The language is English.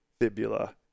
fibula